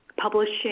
publishing